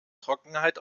trockenheit